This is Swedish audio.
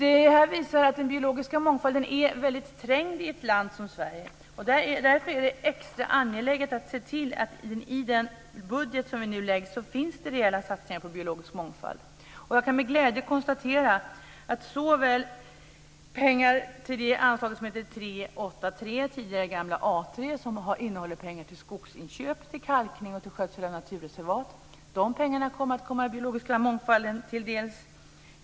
Det här visar att den biologiska mångfalden är väldigt trängd i ett land som Sverige. Därför är det extra angeläget att se till att det i den budget som vi nu lägger fram finns rejäla satsningar på biologisk mångfald. Jag kan med glädje konstatera att pengarna i det anslag som heter 3.8.3, gamla A3, och som innehåller pengar till skogsinköp, kalkning och skötsel av naturreservat kommer att komma den biologiska mångfalden till del.